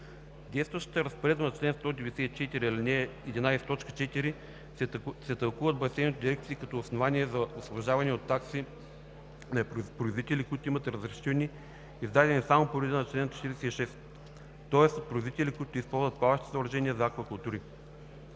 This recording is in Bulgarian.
Действащата разпоредба на чл. 194, ал. 11, т. 4 се тълкува от басейновите дирекции като основание за освобождаване от такси на производители, които имат разрешителни, издадени само по реда на чл. 46, тоест производители, които използват плаващи съоръжения за аквакултури.